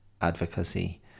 advocacy